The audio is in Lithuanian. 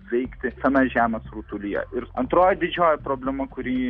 veikti tame žemės rutulyje ir antroji didžioji problema kurį